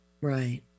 Right